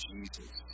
Jesus